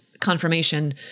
confirmation